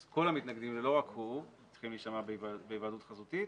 אז כל המתנגדים ולא רק הוא צריכים להישמע בהיוועדות חזותית,